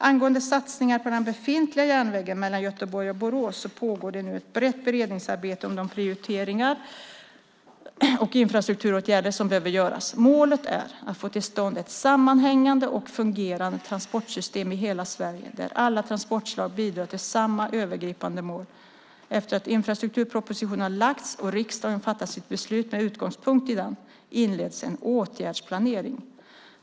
Angående satsningar på den befintliga järnvägen mellan Göteborg och Borås pågår det nu ett brett beredningsarbete om de prioriteringar av infrastrukturåtgärder som behöver göras. Målet är att få till stånd ett sammanhängande och fungerande transportsystem i hela Sverige där alla transportslag bidrar till samma övergripande mål. Efter att infrastrukturpropositionen har lagts fram och riksdagen fattat sitt beslut med utgångspunkt i den inleds en åtgärdsplanering.